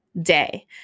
day